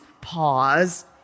pause